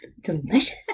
delicious